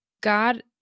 God